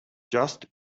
just